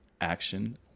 action